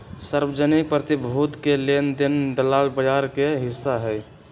सार्वजनिक प्रतिभूति के लेन देन दलाल बजार के हिस्सा हई